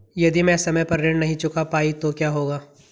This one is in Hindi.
यदि मैं समय पर ऋण नहीं चुका पाई तो क्या होगा?